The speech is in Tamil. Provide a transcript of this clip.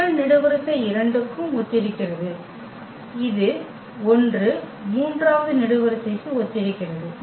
முதல் நெடுவரிசை 2 க்கும் ஒத்திருக்கிறது இது 1 மூன்றாவது நெடுவரிசைக்கு ஒத்திருக்கிறது